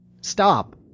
Stop